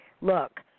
look